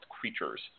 creatures